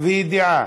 אישור וידיעה.